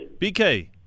BK